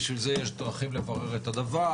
בשביל זה יש דרכים לברר את הדבר.